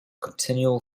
continual